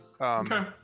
Okay